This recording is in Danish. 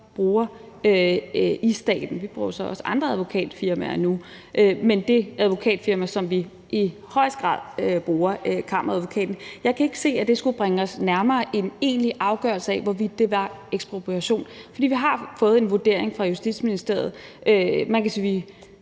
bruger i staten – vi bruger så også andre advokatfirmaer nu, men fra det advokatfirma, som vi jo i højeste grad bruger, nemlig Kammeradvokaten. Jeg kan ikke se, at det skulle bringe os nærmere en egentlig afgørelse af, hvorvidt det var ekspropriation, for vi har fået en vurdering fra Justitsministeriet. Man kan sige, at